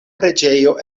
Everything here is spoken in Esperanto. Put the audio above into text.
preĝejo